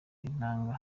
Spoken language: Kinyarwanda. intanga